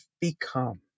become